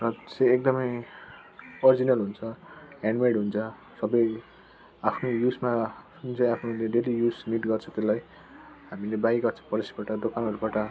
र चाहिँ एकदमै ओरिजिनल हुन्छ ह्यान्डमेड हुन्छ सबै आफ्नै युजमा जुन चाहिँ आफूले डेली युज निड गर्छ त्यसलाई हामीले बाहिर दोकानहरूबाट